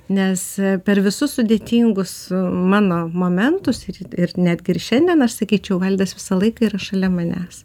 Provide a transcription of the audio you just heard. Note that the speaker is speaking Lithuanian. nes per visus sudėtingus mano momentus ir ir netgi ir šiandien aš sakyčiau valdas visą laiką yra šalia manęs